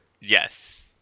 Yes